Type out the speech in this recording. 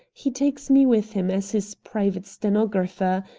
he takes me with him as his private stenographer,